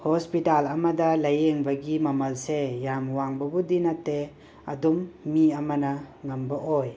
hospital ꯑꯃꯗ ꯂꯩꯌꯦꯡꯕꯒꯤ ꯃꯃꯜꯁꯦ ꯌꯥꯝ ꯋꯥꯡꯕꯕꯨꯗꯤ ꯅꯠꯇꯦ ꯑꯗꯨꯝ ꯃꯤ ꯑꯃꯅ ꯉꯝꯕ ꯑꯣꯏ